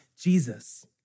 Jesus